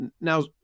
Now